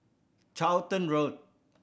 Charlton Road